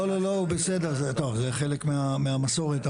טוב זה חלק מהמסורת,